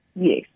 Yes